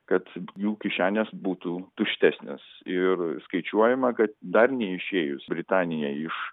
kad jų kišenės būtų tuštesnės ir skaičiuojama kad dar neišėjus britanijai iš